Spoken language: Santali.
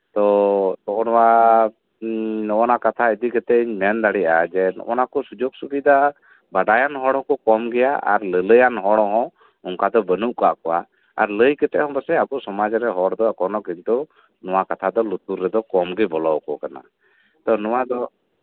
ᱛᱚ ᱱᱚᱜ ᱚ ᱱᱚᱶᱟ ᱠᱟᱛᱷᱟ ᱤᱫᱤ ᱠᱟᱛᱮᱫ ᱤᱧ ᱢᱮᱱ ᱫᱟᱲᱮᱭᱟᱜᱼᱟ ᱡᱮ ᱱᱚᱜ ᱚ ᱱᱚᱶᱟ ᱠᱚ ᱥᱩᱡᱳᱜ ᱥᱩᱵᱤᱫᱷᱟ ᱵᱟᱰᱟᱭᱟᱱ ᱦᱚᱲ ᱦᱚᱸ ᱠᱚ ᱠᱚᱢ ᱜᱮᱭᱟ ᱟᱨ ᱞᱟᱹᱞᱟᱹᱭᱟᱱ ᱦᱚᱲ ᱦᱚᱸ ᱚᱱᱠᱟ ᱫᱚ ᱵᱟᱹᱱᱩᱜ ᱟᱠᱟᱜ ᱠᱚᱣᱟ ᱟᱨ ᱞᱟᱹᱭ ᱠᱟᱛᱮᱫ ᱦᱚᱸ ᱯᱟᱥᱮᱪ ᱟᱵᱳ ᱥᱚᱢᱟᱡ ᱨᱮ ᱦᱚᱲ ᱫᱚ ᱠᱳᱱᱳ ᱠᱤᱱᱛᱩ ᱱᱚᱶᱟ ᱠᱟᱛᱷᱟ ᱫᱚ ᱞᱩᱛᱩᱨ ᱨᱮ ᱫᱚ ᱠᱚᱢ ᱜᱮ ᱵᱚᱞᱚ ᱟᱠᱚ ᱠᱟᱱᱟ ᱛᱚ ᱱᱚᱶᱟ ᱫᱚ